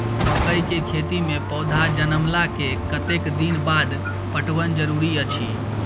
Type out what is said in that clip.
मकई के खेती मे पौधा जनमला के कतेक दिन बाद पटवन जरूरी अछि?